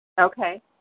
Okay